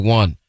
one